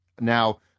Now